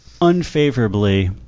unfavorably